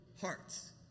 hearts